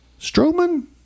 Strowman